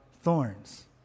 thorns